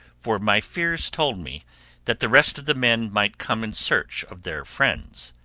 for my fears told me that the rest of the men might come in search of their friends.